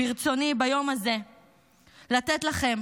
ברצוני ביום הזה לתת לכם,